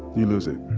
you lose it.